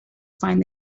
find